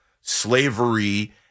slavery